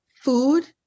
food